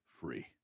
free